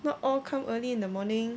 not all come early in the morning